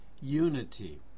unity